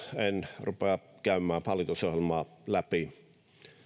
en rupea käymään hallitusohjelmaa läpi